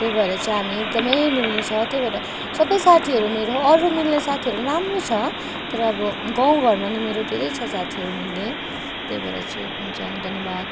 त्यही भएर चाहिँ हामी एकदमै मिल्ने छ त्यही भएर सबै साथीहरू मेरो अरू मिल्ने साथीहरू पनि राम्रो छ तर अब गाउँघरमा नै मेरो धेरै छ साथीहरू मिल्ने त्यही भएर चाहिँ हुन्छ धन्यवाद